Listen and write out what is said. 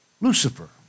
Lucifer